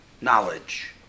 knowledge